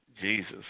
Jesus